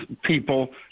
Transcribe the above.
people